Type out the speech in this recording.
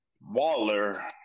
Waller